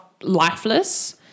lifeless